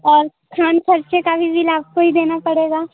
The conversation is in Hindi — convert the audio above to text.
और खान खर्चे का भी बिल आपको ही देना पड़ेगा